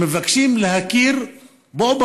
שמבקשים להכיר בהם.